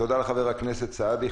תודה לחבר הכנסת סעדי.